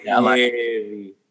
Heavy